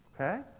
Okay